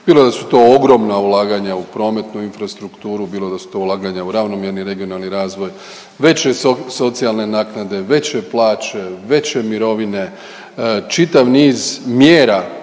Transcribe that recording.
bilo da su to ogromna ulaganja u prometnu infrastrukturu, bilo da su to ulaganja u ravnomjerni regionalni razvoj, veće socijalne naknade, veće plaće, veće mirovine, čitav niz mjera